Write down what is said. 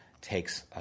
takes